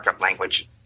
language